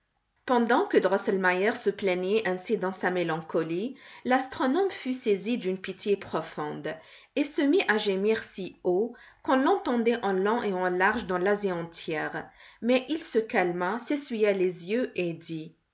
pendant que drosselmeier se plaignait ainsi dans sa mélancolie l'astronome fut saisi d'une pitié profonde et se mit à gémir si haut qu'on l'entendait en long et en large dans l'asie entière mais il se calma s'essuya les yeux et dit